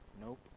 Nope